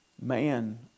man